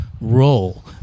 role